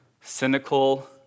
cynical